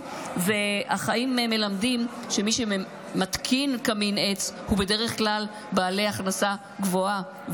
החיים מלמדים שמי שמתקינים קמין עץ הם בדרך כלל בעלי הכנסה גבוהה,